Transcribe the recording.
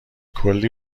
کلی